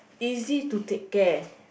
easy to take care